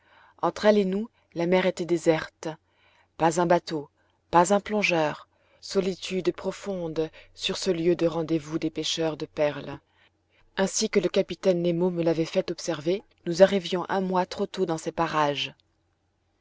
entre elle et nous la mer était déserte pas un bateau pas un plongeur solitude profonde sur ce lieu de rendez-vous des pêcheurs de perles ainsi que le capitaine nemo me l'avait fait observer nous arrivions un mois trop tôt dans ces parages